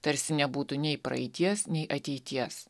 tarsi nebūtų nei praeities nei ateities